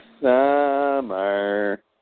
summer